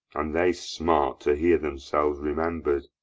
and they smart to hear themselves remember'd.